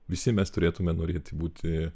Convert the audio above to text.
visi mes turėtume norėti būti